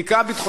בעזרת השם,